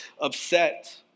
upset